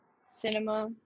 cinema